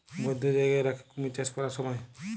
বধ্য জায়গায় রাখ্যে কুমির চাষ ক্যরার স্যময়